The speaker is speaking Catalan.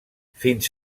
fins